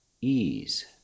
ease